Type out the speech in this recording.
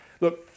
Look